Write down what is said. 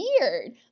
weird